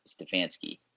Stefanski